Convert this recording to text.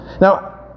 Now